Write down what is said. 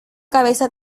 cabeza